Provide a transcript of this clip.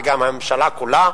וגם הממשלה כולה,